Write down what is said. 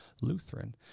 Lutheran